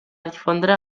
difondre